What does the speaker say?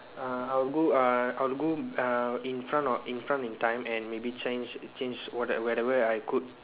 err I will go uh I'll go uh in front of in front in time and maybe change change what~ whatever I could